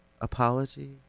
apology